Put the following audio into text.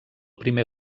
primer